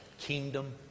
kingdom